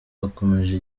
bakomeje